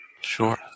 Sure